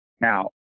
Now